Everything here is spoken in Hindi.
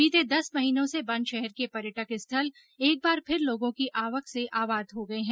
बीते दस महीनों से बंद शहर के पर्यटक स्थल एक बार फिर लोगों की आवक से आबाद हो गए है